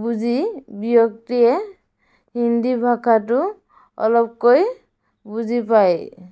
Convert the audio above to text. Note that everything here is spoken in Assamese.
বুজি ব্যক্তিয়ে হিন্দী ভাষাটো অলপকৈ বুজি পায়